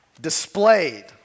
displayed